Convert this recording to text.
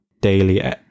daily